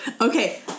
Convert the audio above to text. Okay